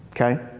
Okay